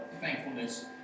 thankfulness